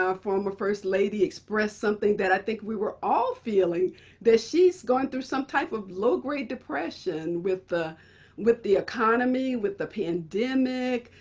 ah former first lady, expressed something that i think we were all feeling that she's going through some type of low grade depression with the with the economy, with the pandemic,